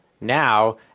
now